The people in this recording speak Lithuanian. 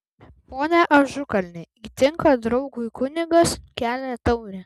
pone ažukalni įtinka draugui kunigas kelia taurę